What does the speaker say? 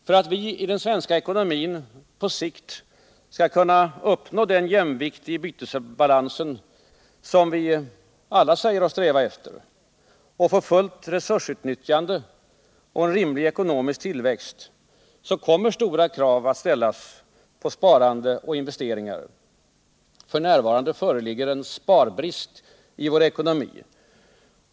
För att vi i den svenska ekonomin på sikt skall kunna uppnå den jämvikt i bytesbalansen, som vi alla säger oss sträva efter, och få fullt resursutnyttjande och en rimlig ekonomisk tillväxt kommer stora krav att ställas på sparande och investeringar. F. n. föreligger en sparbrist i vår ekonomi.